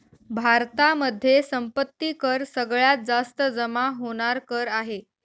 भारतामध्ये संपत्ती कर सगळ्यात जास्त जमा होणार कर आहे